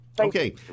Okay